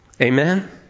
Amen